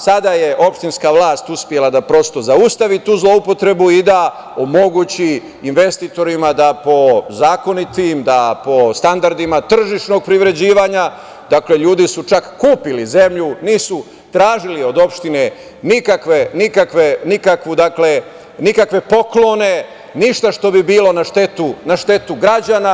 Sada je opštinska vlast uspela da zaustavi tu zloupotrebu i da omogući investitorima da po zakonitim, po standardima tržišnog privređivanja, dakle, ljudi su čak kupili zemlju, nisu tražili od opštine nikakve poklone, ništa što bi bilo na štetu građana.